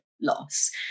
loss